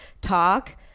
talk